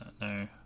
No